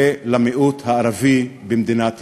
ושל המיעוט הערבי במדינת ישראל?